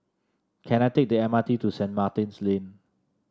can I take the M R T to Saint Martin's Lane